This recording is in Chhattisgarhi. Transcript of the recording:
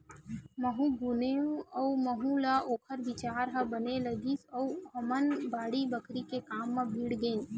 महूँ गुनेव अउ महूँ ल ओखर बिचार ह बने लगिस अउ हमन बाड़ी बखरी के काम म भीड़ गेन